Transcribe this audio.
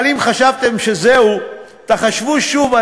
אבל אם חשבתם שזהו, תחשבו שוב.